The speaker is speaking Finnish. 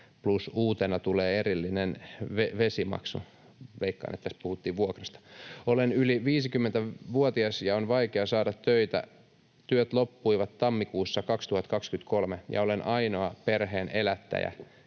plus uutena tulee erillinen vesimaksu.” Veikkaan, että tässä puhuttiin vuokrasta. ”Olen yli 50-vuotias, ja on vaikea saada töitä. Työt loppuivat tammikuussa 2023, ja olen ainoa perheen elättäjä/yh-äiti,